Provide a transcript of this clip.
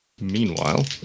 Meanwhile